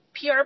PR